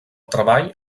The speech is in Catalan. treball